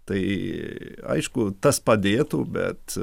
tai aišku tas padėtų bet